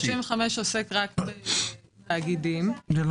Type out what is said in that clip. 35 עוסק רק בתאגידים ולא